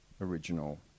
original